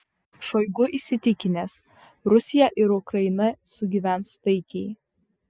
šoigu įsitikinęs rusija ir ukraina sugyvens taikiai